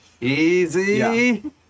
Easy